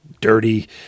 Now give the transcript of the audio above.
dirty